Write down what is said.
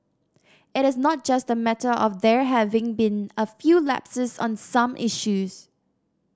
it is not just a matter of there having been a few lapses on some issues